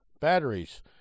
Batteries